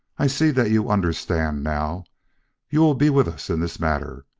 i see that you understand now you will be with us in this matter.